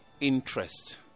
interest